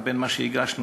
בין מה שהגשנו,